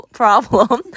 problem